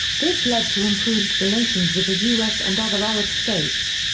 this led to improved relations with the us and other arab states.